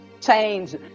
change